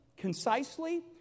concisely